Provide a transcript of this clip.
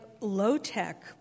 low-tech